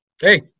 hey